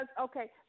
okay